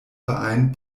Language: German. verein